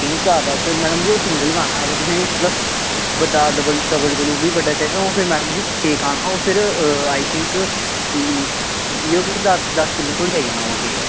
तीन चार दा ते ओह् मैडम जी फिर सिंगल आना बड्डा डबल कोला बी बड्डा चाहिदा ओह् तुसें फिर आई थिंक इंया की दस्स किलो तगर आई जाना ओह् केक